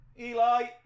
Eli